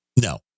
no